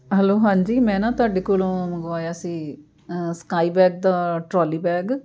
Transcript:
hello ਹਾਂਜੀ ਮੈਂ ਨਾ ਤੁਹਾਡੇ ਕੋਲੋਂ ਮੰਗਵਾਇਆ ਸੀ ਸਕਾਈਬੈਗ ਦਾ ਟਰੋਲੀ ਬੈਗ